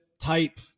type